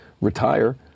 retire